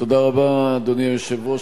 אדוני היושב-ראש,